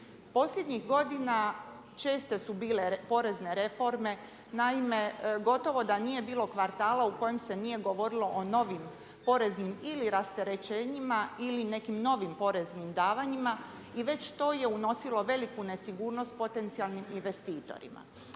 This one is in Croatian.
Posljednjih godina česte su bile porezne reforme. Naime, gotovo da nije bilo kvartala u kojem se nije govorilo o novim poreznim ili rasterećenjima ili nekim novim poreznim davanjima i već to je unosilo veliku nesigurnost potencijalnim investitorima.